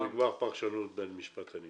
זו כבר פרשנות בין משפטנים.